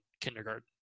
kindergarten